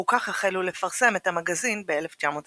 וכך החלו לפרסם את המגזין ב-1922.